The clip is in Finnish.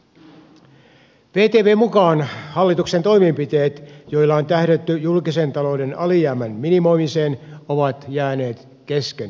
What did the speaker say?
vtvn mukaan hallituksen toimenpiteet joilla on tähdätty julkisen talouden alijäämän minimoimiseen ovat jääneet keskeneräisiksi